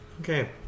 Okay